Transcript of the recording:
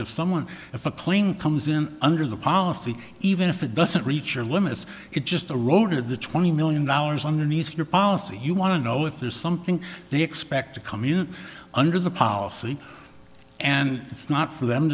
of someone if a plane comes in under the policy even if it doesn't reach your limits it just the road or the twenty million dollars underneath your policy you want to know if there's something they expect to come in under the policy and it's not for them